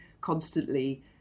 constantly